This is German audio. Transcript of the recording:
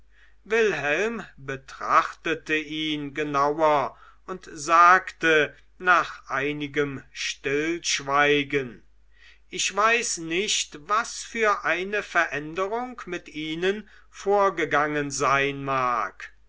wilhelm betrachtete ihn genauer und sagte nach einigem stillschweigen ich weiß nicht was für eine veränderung mit ihnen vorgegangen sein mag